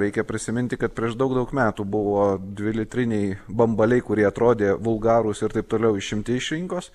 reikia prisiminti kad prieš daug daug metų buvo dvilitriniai bambaliai kurie atrodė vulgarūs ir taip toliau išimti iš rinkos